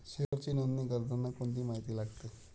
शेअरची नोंदणी करताना कोणती माहिती लागते?